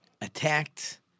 attacked